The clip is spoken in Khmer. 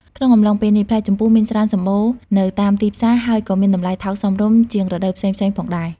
ក្នុងអំឡុងពេលនេះ ផ្លែជម្ពូមានច្រើនសម្បូរនៅតាមទីផ្សារ ហើយក៏មានតម្លៃថោកសមរម្យជាងរដូវផ្សេងៗផងដែរ។